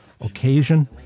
occasion